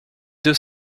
deux